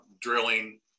drilling